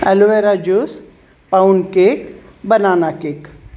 aloe vera juice pound cake banana cake